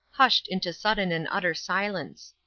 hushed into sudden and utter silence.